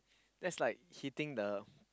that's like hitting the